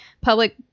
public